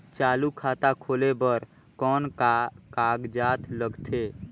चालू खाता खोले बर कौन का कागजात लगथे?